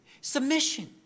submission